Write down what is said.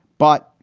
but,